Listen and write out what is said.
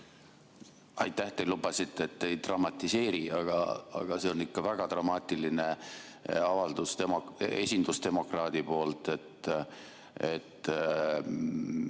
Aitäh teile! Lubasite, et ei dramatiseeri, aga see on ikka väga dramaatiline avaldus esindusdemokraadi poolt, et